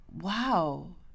wow